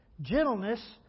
gentleness